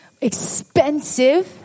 expensive